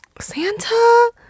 Santa